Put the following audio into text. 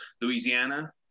Louisiana